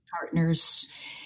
partners